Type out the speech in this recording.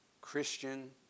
Christian